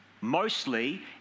Mostly